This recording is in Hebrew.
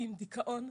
עם דיכאון.